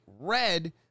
red